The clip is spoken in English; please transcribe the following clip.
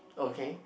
okay